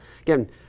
Again